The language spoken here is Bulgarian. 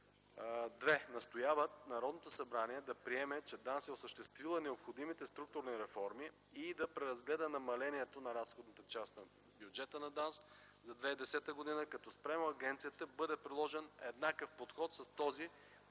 2. Настоява Народното събрание да приеме, че ДАНС е осъществила необходимите структурни реформи и да преразгледа намалението на разходната част на бюджета на ДАНС за 2010 г., като спрямо агенцията бъде приложен еднакъв подход с този,